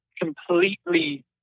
completely